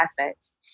assets